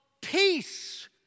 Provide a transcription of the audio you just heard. peace